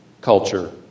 culture